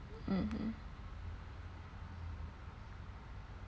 mm